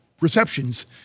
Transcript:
receptions